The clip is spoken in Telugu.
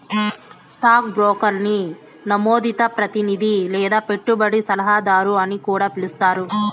స్టాక్ బ్రోకర్ని నమోదిత ప్రతినిది లేదా పెట్టుబడి సలహాదారు అని కూడా పిలిస్తారు